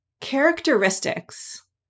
characteristics